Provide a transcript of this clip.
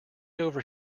over